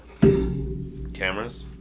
cameras